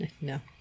No